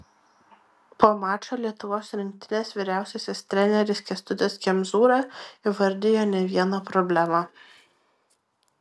po mačo lietuvos rinktinės vyriausiasis treneris kęstutis kemzūra įvardijo ne vieną problemą